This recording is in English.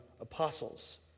apostles